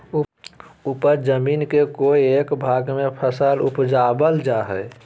उपज जमीन के कोय एक भाग में फसल उपजाबल जा हइ